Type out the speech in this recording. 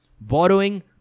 Borrowing